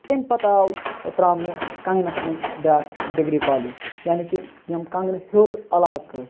تمہ پَتہٕ آو تراونہٕ کَنٛگنَس مَنٛز بیاکھ ڈِگری کالیج یعنے کہِ یِم کَنٛگنہٕ ہیوٚر عَلاقہ ٲسۍ